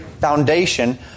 foundation